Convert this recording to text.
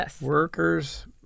workers